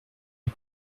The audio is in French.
est